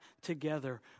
together